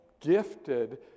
gifted